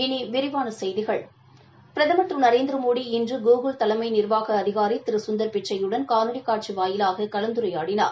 இனி விரிவான செய்திகள் பிரதம் திரு நரேந்திரமோடி இன்று கூகுல் தலைமை நிர்வாக அதிகாரி திரு கந்தர் பிச்சையுடன் காணொலி காட்சி வாயிலாக கலந்துரையாடினார்